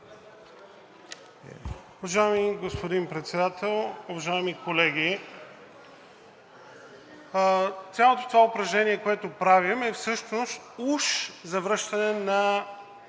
Уважаеми господин Председател, уважаеми колеги! Цялото това упражнение, което правим, е всъщност уж завръщане на